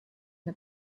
the